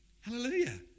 Hallelujah